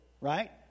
Right